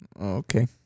okay